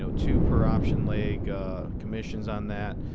so two per option leg commissions on that,